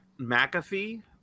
McAfee